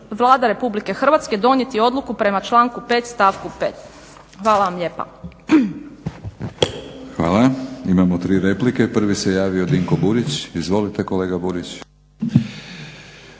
Hvala vam lijepa.